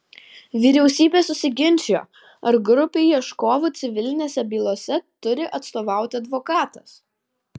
vyriausybė susiginčijo ar grupei ieškovų civilinėse bylose turi atstovauti advokatas